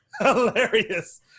hilarious